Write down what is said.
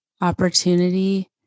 opportunity